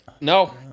No